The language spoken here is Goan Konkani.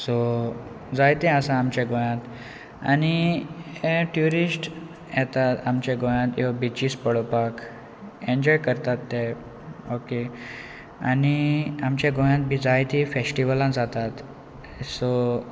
सो जायते आसा आमच्या गोंयांत आनी हे ट्युरिस्ट येतात आमच्या गोंयांत ह्यो बिचीस पळोवपाक एन्जॉय करतात ते ओके आनी आमच्या गोंयांत बी जायती फेस्टिवलां जातात सो